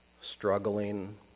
struggling